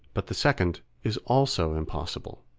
but the second is also impossible,